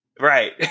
Right